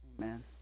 Amen